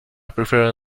prefer